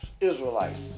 Israelites